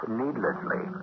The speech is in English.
needlessly